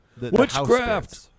Witchcraft